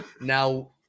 now